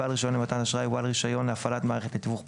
בעל רישיון למתן אשראי ובעל רישיון להפעלת מערכת לתיווך באשראי,